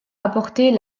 apporter